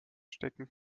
stecken